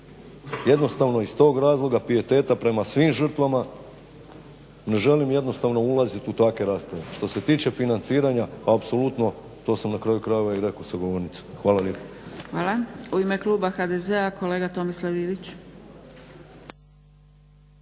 jednostavno iz tog razloga pijeteta prema svim žrtvama, ne želim jednostavno ulazit u takve rasprave. Što se tiče financiranja apsolutno to sam na kraju krajeva i rekao sa govornice. Hvala lijepa. **Zgrebec, Dragica (SDP)** Hvala. U ime kluba HDZ-a kolega Tomislav Ivić.